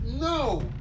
No